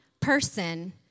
person